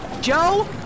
Joe